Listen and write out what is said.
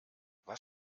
was